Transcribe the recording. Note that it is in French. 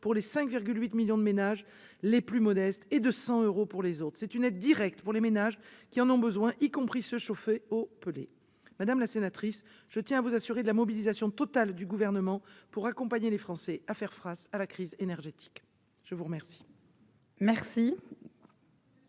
pour les 5,8 millions de ménages les plus modestes et 100 euros pour les autres. Il s'agit là d'une aide directe versée aux ménages qui en ont besoin, y compris à ceux qui sont chauffés aux pellets. Madame la sénatrice, je tiens à vous assurer de la mobilisation totale du Gouvernement pour accompagner les Français à faire face à la crise énergétique. Tout est sous